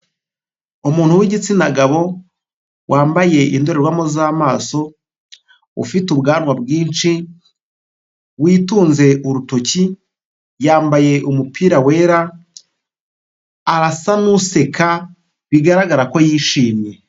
Umuntu w'igitsina gabo wambaye indorerwamo z'amaso, ufite ubwanwa bwinshi, witunze urutoki, yambaye umupira wera, arasa nuseka bigaragara ko yishimye.